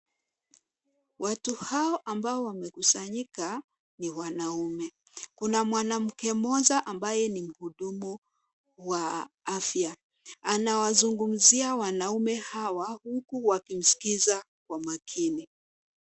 Wata hawa ambao wamekusanyika ni wanaume, kuna mwanamke mmoja ambaye ni mhudumu wa afya, anawazungumzia wanaume hawa huku wakimskiza kwa makini.